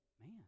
man